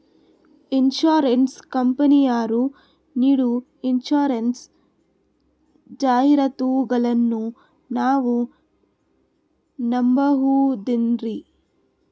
Insurance ಕಂಪನಿಯರು ನೀಡೋ insurance ಜಾಹಿರಾತುಗಳನ್ನು ನಾವು ನಂಬಹುದೇನ್ರಿ?